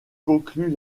conclut